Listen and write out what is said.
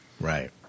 Right